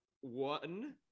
one